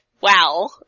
wow